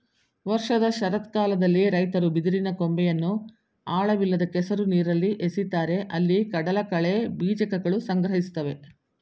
ವರ್ಷದ ಶರತ್ಕಾಲದಲ್ಲಿ ರೈತರು ಬಿದಿರಿನ ಕೊಂಬೆಯನ್ನು ಆಳವಿಲ್ಲದ ಕೆಸರು ನೀರಲ್ಲಿ ಎಸಿತಾರೆ ಅಲ್ಲಿ ಕಡಲಕಳೆ ಬೀಜಕಗಳು ಸಂಗ್ರಹಿಸ್ತವೆ